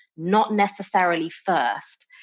not necessarily first,